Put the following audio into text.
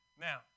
Now